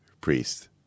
priest